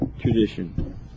Tradition